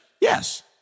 Yes